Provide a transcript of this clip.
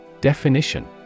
Definition